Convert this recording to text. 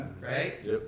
right